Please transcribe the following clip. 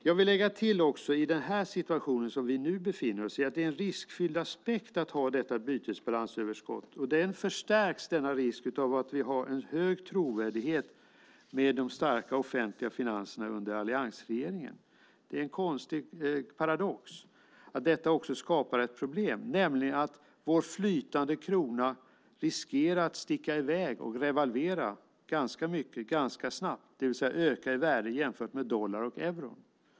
Jag vill också lägga till att i den situation som vi nu befinner oss är det en riskfylld aspekt att ha detta bytesbalansöverskott. Denna risk förstärks av att vi har en hög trovärdighet i de starka offentliga finanserna under alliansregeringen. Det är en konstig paradox att detta också skapar ett problem. Vår flytande krona riskerar att sticka i väg och revalvera ganska mycket och ganska snabbt, det vill säga öka i värde jämfört med dollar och euro.